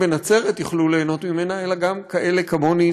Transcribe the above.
בנצרת יוכלו ליהנות ממנה אלא גם כאלה כמוני,